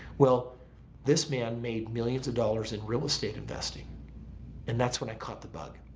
well this man made millions of dollars in real estate investing and that's when i caught the bug.